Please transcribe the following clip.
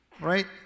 right